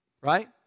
Right